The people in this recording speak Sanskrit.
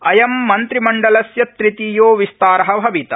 अयं मन्त्रिमण्डलस्य तृतीयो विस्तार भविता